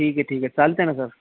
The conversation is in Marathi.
ठीक आहे ठीक आहे चालते ना सर